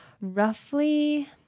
roughly